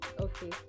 okay